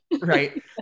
Right